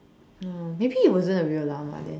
um maybe it wasn't a real llama then